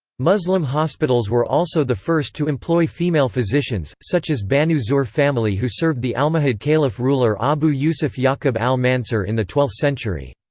muslim hospitals were also the first to employ female physicians, such as banu zuhr family who served the almohad caliph ruler abu yusuf yaqub al-mansur in the twelfth century.